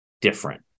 different